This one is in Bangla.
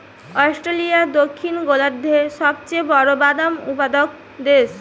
অস্ট্রেলিয়া দক্ষিণ গোলার্ধের সবচেয়ে বড় বাদাম উৎপাদক দেশ